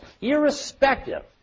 Irrespective